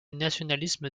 nationalisme